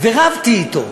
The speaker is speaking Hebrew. ורבתי אתו,